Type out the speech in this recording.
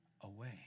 away